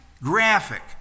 graphic